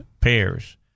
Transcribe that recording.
pairs